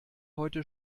heute